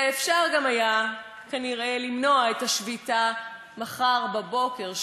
ואפשר גם היה כנראה למנוע את השביתה מחר בבוקר.